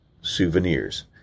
souvenirs